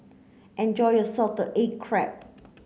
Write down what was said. enjoy your salted egg crab